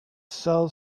sell